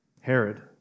Herod